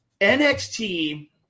NXT